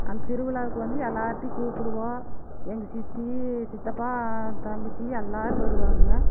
அந்த திருவிழாவுக்கு வந்து எல்லார்த்தையும் கூப்பிடுவோம் எங்கள் சித்தி சித்தப்பா தங்கச்சி எல்லாரும் வருவாங்கங்க